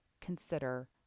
consider